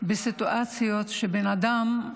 בסיטואציות שבן אדם,